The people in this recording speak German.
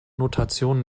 notation